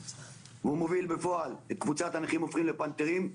והוא מוביל בפועל את קבוצת "הנכים הופכים לפנתרים".